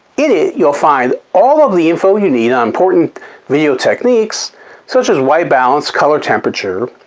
in it you'll find all of the info you need on important video techniques such as white balance, color temperature,